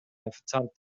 официант